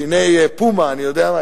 שיני פומה או אני-יודע-מה,